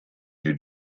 new